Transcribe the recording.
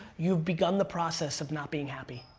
you've begun the process of not being happy.